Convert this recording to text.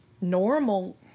normal